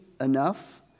enough